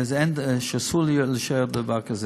ואסור להשאיר דבר כזה.